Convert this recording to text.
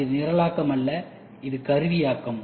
அது நிரலாக்கமல்ல இது கருவியாகும்